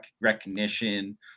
recognition